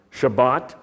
Shabbat